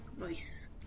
Nice